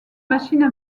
machines